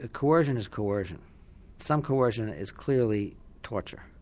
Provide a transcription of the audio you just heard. ah coercion is coercion some coercion is clearly torture,